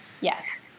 Yes